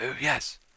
yes